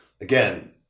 again